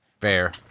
Fair